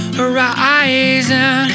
horizon